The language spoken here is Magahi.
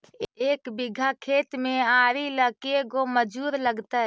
एक बिघा खेत में आरि ल के गो मजुर लगतै?